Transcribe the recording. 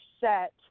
set